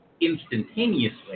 instantaneously